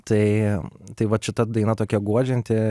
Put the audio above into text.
tai tai vat šita daina tokia guodžianti